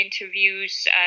interviews